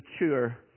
mature